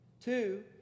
Two